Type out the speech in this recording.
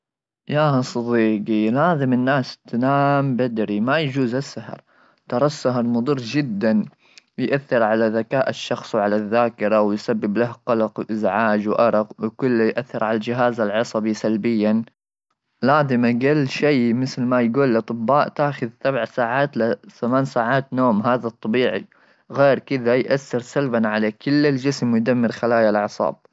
يا صديقي لازم الناس تنام بدري ما يجوز السهر ,تري السهر مضر جدا يؤثر على ذكاء الشخص وعلى الذاكره ,ويسبب له قلق ازعاج وارق بكل يؤثر على الجهاز العصبي سلبيا ,لازم اقل شيء مثل ما يقول الاطباء تاخذ سبع ساعات لثمان ساعات نوم هذا الطبيعي غير كذا يؤثر سلبا على كل الجسم يدمر خلايا الاعصاب.